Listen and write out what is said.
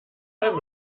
beim